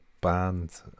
band